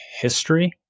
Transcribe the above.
history